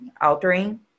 altering